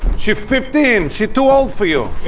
she fifteen! she too old for you.